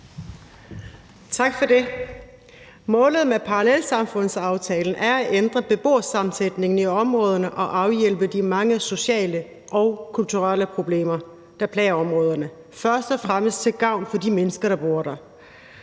Tak for det. Målet med parallelsamfundsaftalen er at ændre beboersammensætningen i områderne og afhjælpe de mange sociale og kulturelle problemer, der plager områderne, først og fremmest til gavn for de mennesker, der bor der.